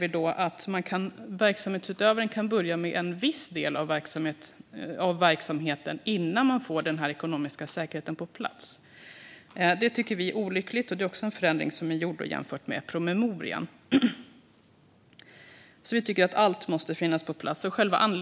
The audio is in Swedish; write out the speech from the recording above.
Vi ser att verksamhetsutövaren kan börja med en viss del av verksamheten innan man får den ekonomiska säkerheten på plats. Det tycker vi är olyckligt. Det är också en förändring jämfört med promemorian. Vi tycker alltså att allt måste finnas på plats.